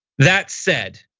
that said,